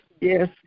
Yes